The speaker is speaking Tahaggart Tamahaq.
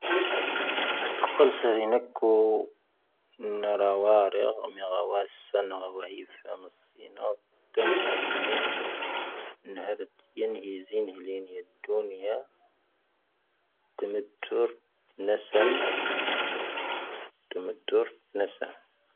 ⴰⵙ ⵜoⵇⴰⵍ ⵙⴰⵔⵉⵏⴰⴽⴽⵓ ⵏⴰⵔⴰ ⵡⴰⵔⵉⵇ ⵎⴻ ⴰⵡⴰⵙ ⵙⴰⵏ'ⴰ ⵡⴰⵀⵉⴼⴰⵎⴰⵙⵉⵏ'ⴰ,. ⴷⵀⴰⵎⵓⵙⵏⴻⵉⵏ, ⵏⵀⴰⵉⴷⵀ ⵢⵉⵏⵀⴻⵣⴻⴻⵏⵀⴻⵍⴻⴻⵏ ⵢⴰⴷⴷoⵏⵉⴰ,. ⴷⵀⴰⵎⵉⴷⴷⵀⵓⵔ ⴷⵏⴻⵙⴰⵏ, ⴷⵀⴰⵎⵉⴷⴷⵀⵓⵔ ⴷⵏⴻⵙⴰⵏ.